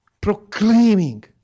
proclaiming